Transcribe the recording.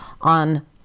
on